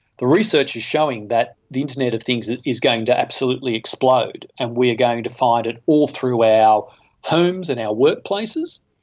the research is showing that the internet of things is going to absolutely explode and we are going to find it all through our homes and our workplaces,